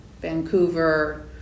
Vancouver